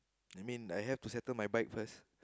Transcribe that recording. I mean I have to settle my bike first